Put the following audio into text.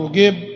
give